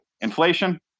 inflation